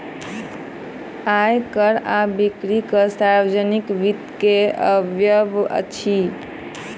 आय कर आ बिक्री कर सार्वजनिक वित्त के अवयव अछि